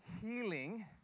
healing